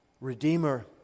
redeemer